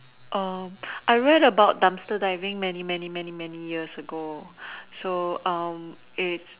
um I read of dumpster diving many many many many years ago so um it's